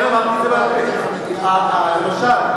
שמעת את ההסברים,